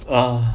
ugh